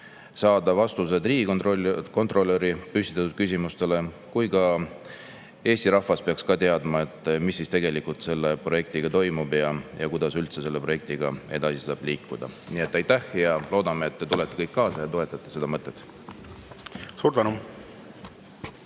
saada vastused Riigikontrolli püstitatud küsimustele. Samuti peab Eesti rahvas teadma, mis tegelikult selle projektiga toimub ja kuidas üldse selle projektiga edasi saab liikuda. Nii et aitäh! Ja loodame, et tulete kõik kaasa ja toetate seda mõtet. Hea